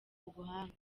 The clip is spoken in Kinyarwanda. ubuhanga